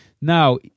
Now